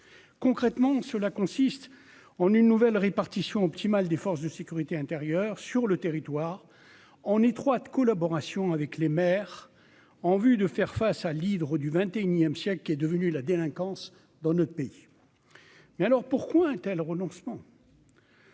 concrètement cela consiste en une nouvelle répartition optimale des forces de sécurité intérieure, sur le territoire en étroite collaboration avec les maires, en vue de faire face à l'hydre du XXIe siècle qui est devenue la délinquance dans notre pays, mais alors, pourquoi un tel renoncement.